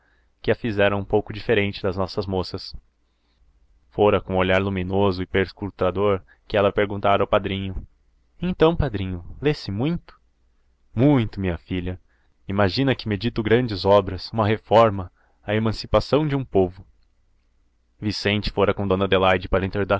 que a fizeram um pouco diferente das nossas moças fora com um olhar luminoso e perscrutador que ela perguntara ao padrinho então padrinho lê-se muito muito minha filha imagina que medito grandes obras uma reforma a emancipação de um povo vicente fora com dona adelaide para